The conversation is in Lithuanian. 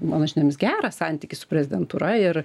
mano žiniomis gerą santykį su prezidentūra ir